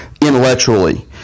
intellectually